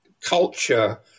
culture